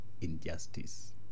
injustice